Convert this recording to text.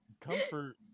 Comfort